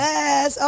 Yes